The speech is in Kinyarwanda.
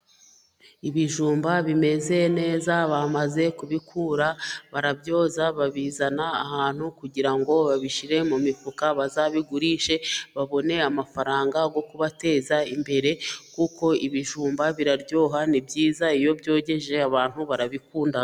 Ibijumba bimeze neza bamaze kubikura barabyoza babizana ahantu kugira ngo babishyire mu mifuka, bazabigurishe babone amafaranga yo kubateza imbere kuko ibijumba biraryoha nibyiza iyo byogeje abantu barabikunda.